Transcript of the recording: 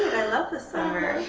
i love the summer.